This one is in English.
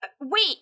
Wait